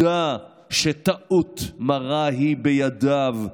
שידע שטעות מרה היא בידיו.